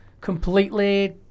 Completely